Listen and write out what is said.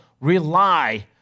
rely